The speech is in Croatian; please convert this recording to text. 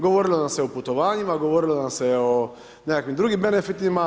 Govorilo nam se o putovanjima, govorilo nam se o nekakvim drugim benefitima.